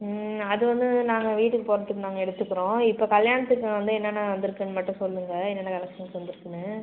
ம் அது வந்து நாங்கள் வீட்டுக்கு போடுறதுக்கு நாங்கள் எடுத்துக்குறோம் இப்போ கல்யாணத்துக்கு நான் வந்து என்னென்ன வந்துருக்குதுன்னு மட்டும் சொல்லுங்கள் என்னென்ன கலெக்க்ஷன்ஸ் வந்துருக்குதுன்னு